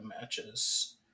matches